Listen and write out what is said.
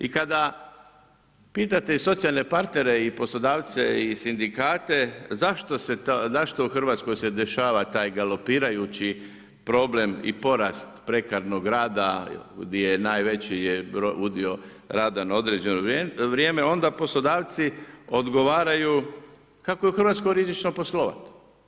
I kada pitate i socijalne partnere i poslodavce i sindikate zašto u Hrvatskoj se dešava taj galopirajući problem i porast … rada gdje najveći je udio rada na određeno vrijeme, onda poslodavci odgovaraju kako je u Hrvatskoj rizično poslovat.